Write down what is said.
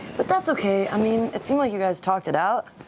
but that's okay. i mean, it seemed like you guys talked it out.